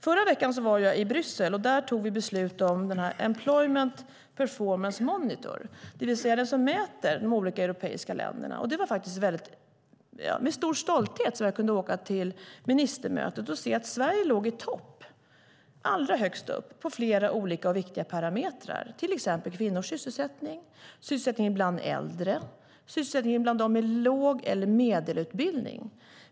Förra veckan var jag i Bryssel. Där tog vi beslut om Employment Performance Monitor, det vill säga det som mäter de olika europeiska länderna. Det var faktiskt med stor stolthet som jag kunde åka till ministermötet och se att Sverige låg i topp, allra högst upp, när det gäller flera olika och viktiga parametrar, till exempel kvinnors sysselsättning, sysselsättningen bland äldre och sysselsättningen bland dem med låg eller medelhög utbildning.